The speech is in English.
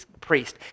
priest